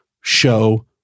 show